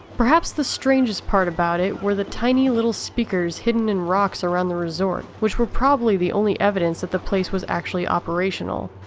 perhaps the strangest part about it was the tinny little speakers hidden in rocks around the resort which were probably the only evidence that the place was actually operational.